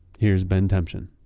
here's ben temchine